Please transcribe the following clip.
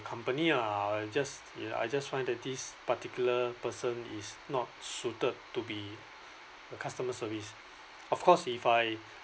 company ah I just I just find that this particular person is not suited to be the customer service of course if I